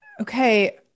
okay